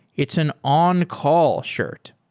it's an on-call shirt.